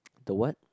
the what